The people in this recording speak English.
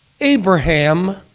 Abraham